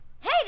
Hey